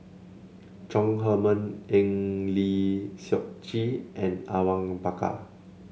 Chong Heman Eng Lee Seok Chee and Awang Bakar